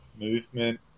movement